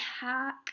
hack